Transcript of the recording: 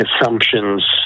assumptions